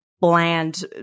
bland